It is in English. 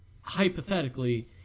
hypothetically